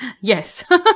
Yes